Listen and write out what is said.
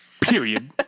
Period